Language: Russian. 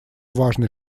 важный